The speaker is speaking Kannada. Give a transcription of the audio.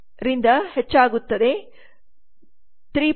3 ರಿಂದ 8